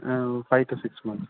five to six months